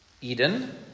Eden